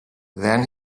then